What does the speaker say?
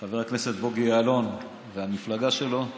חבר הכנסת בוגי יעלון והמפלגה שלו.